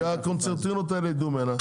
שהקונצרנים ידעו ממנו,